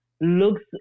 looks